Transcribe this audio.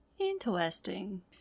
Interesting